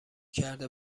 کرده